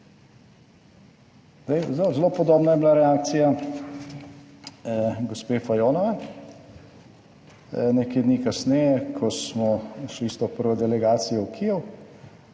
zelo podobna je bila reakcija gospe Fajonove nekaj dni kasneje, ko smo šli s to prvo delegacijo v Kijev.